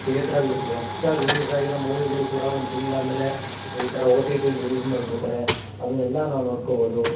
ಥಿಯೇಟರಲ್ಲಿ ಹೊಸ್ದಾಗಿ ರಿಲೀಸ್ ಆಗಿರೋ ಮೂವಿಗಳು ಕೂಡ ಒಂದು ತಿಂಗಳು ಆದಮೇಲೆ ಈ ಥರ ಓ ಟಿ ಟಿಲಿ ರಿಲೀಸ್ ಮಾಡಿಬಿಡ್ತಾರೆ ಅದನ್ನೆಲ್ಲ ನಾವು ನೋಡ್ಕೋಬೋದು